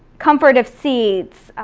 comfort of seats,